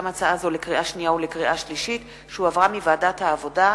שהחזירה ועדת העבודה,